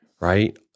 right